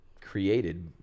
created